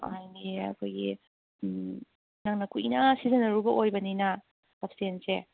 ꯍꯥꯏꯗꯤ ꯑꯩꯈꯣꯏꯒꯤ ꯅꯪꯅ ꯀꯨꯏꯅ ꯁꯤꯖꯤꯟꯅꯔꯨꯕ ꯑꯣꯏꯕꯅꯤꯅ ꯁꯞꯁ꯭ꯇꯦꯟꯁꯦ